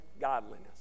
godliness